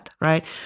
right